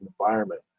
environment